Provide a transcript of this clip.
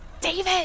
David